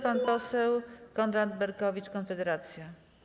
Pan poseł Konrad Berkowicz, Konfederacja.